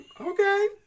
Okay